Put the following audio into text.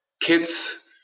kids